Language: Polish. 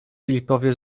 filipowi